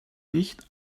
nicht